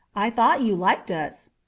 i thought you liked us.